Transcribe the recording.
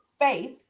Faith